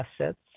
assets